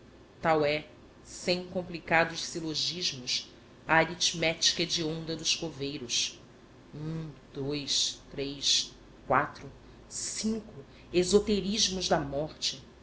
tal é sem complicados silogismos a aritmética hedionda dos coveiros um dois três quatro cinco esoterismos da morte